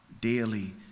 daily